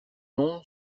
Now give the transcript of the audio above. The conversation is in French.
nom